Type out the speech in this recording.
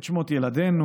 את שמות ילדינו,